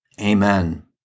Amen